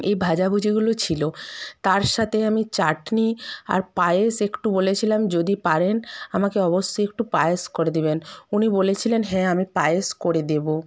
এই ভাজাভুজিগুলো ছিলো তার সাতে আমি চাটনি আর পায়েস একটু বলেছিলাম যদি পারেন আমাকে অবশ্যই একটু পায়েস করে দিবেন উনি বলেছিলেন হ্যাঁ আমি পায়েস করে দেবো